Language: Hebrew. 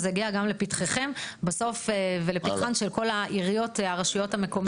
וזה יגע גם לפתחכם ולפתחן של כל הרשויות המקומיות.